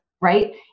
right